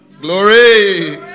Glory